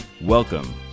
Welcome